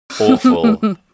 awful